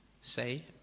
say